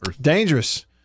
Dangerous